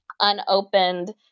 unopened